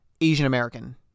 Asian-American